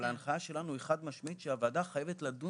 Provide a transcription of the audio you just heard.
אבל ההנחיה שלנו היא חד משמעית שהוועדה חייבת לדון